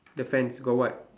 the fence got what